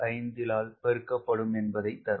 985ஆல் பெருக்கப்படும் என்பதை தரும்